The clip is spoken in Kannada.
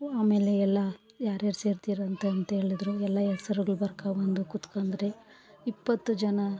ಆಮೇಲೆ ಎಲ್ಲ ಯಾರ್ಯಾರು ಸೇರ್ತಿರಂತಂತೇಳಿದ್ರು ಎಲ್ಲ ಹೆಸ್ರುಗಳ್ ಬರ್ಕೊಬಂದು ಕುತ್ಕೊಂಡ್ರಿ ಇಪ್ಪತ್ತು ಜನ